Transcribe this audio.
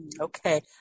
okay